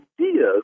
ideas